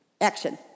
Action